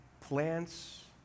plants